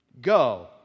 Go